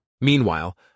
Meanwhile